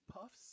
puffs